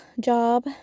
job